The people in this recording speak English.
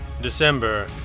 December